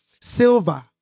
Silver